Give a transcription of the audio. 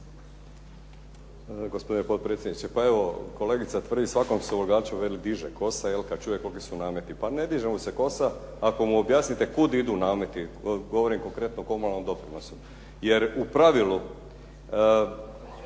Gospodine potpredsjedniče. Pa evo kolegica tvrdi svakom se ulagaču veli diže kosa kad čuje koliki su nameti. Pa ne diže mu se kosa ako mu objasnite kuda idu nameti, govorim konkretno o komunalnom doprinosu. Jer u pravilu